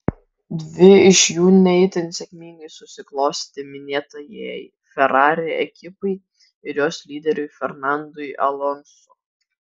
dvi iš jų ne itin sėkmingai susiklostė minėtajai ferrari ekipai ir jos lyderiui fernandui alonso